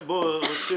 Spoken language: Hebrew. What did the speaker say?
יש ויתור